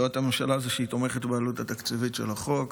הודעת הממשלה היא שהיא תומכת בעלות התקציבית של החוק.